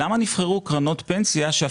לתת פתרון קבע שנביא אותו בעוד שנה וחצי.